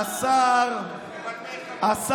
15 שנה בשלטון, מבלבל את המוח.